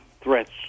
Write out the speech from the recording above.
threats